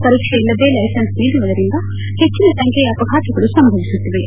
ಪರೀಕ್ಷೆ ಇಲ್ಲದೆ ಲೈಸನ್ಸ್ ನೀಡುವುದರಿಂದ ಹೆಚ್ಚಿನ ಸಂಖ್ಯೆಯ ಅಪಘಾತಗಳು ಸಂಭವಿಸುತ್ತಿವೆ